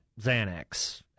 Xanax